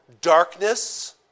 darkness